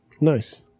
Nice